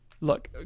look